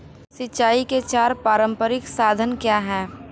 सिंचाई के चार पारंपरिक साधन क्या हैं?